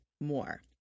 more